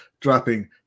dropping